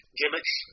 gimmicks